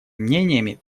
мнениями